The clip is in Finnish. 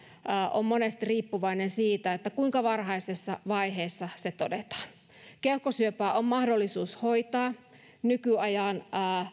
on monesti riippuvainen siitä kuinka varhaisessa vaiheessa se todetaan keuhkosyöpää on mahdollisuus hoitaa nykyajan